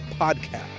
podcast